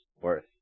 worth